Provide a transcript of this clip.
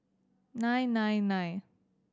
nine nine nine